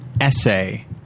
essay